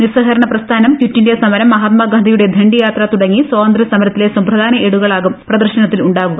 നിസ്സഹകരണ പ്രസ്ഥാനം quit India സമരം മഹാത്മാഗാന്ധിയുടെ ദണ്ഡിയാത്ര തുടങ്ങി സ്വാത്ത്യ്സമർത്തിലെ സുപ്രധാന ഏടുകളാകും പ്രദർശനത്തിൽ ഉണ്ടാകുക